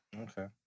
Okay